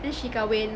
then she kahwin